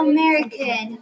American